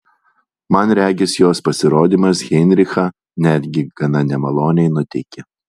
man regis jos pasirodymas heinrichą netgi gana nemaloniai nuteikė